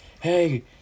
hey